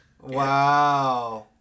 wow